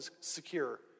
secure